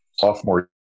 sophomore